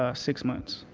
ah six months,